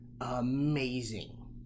amazing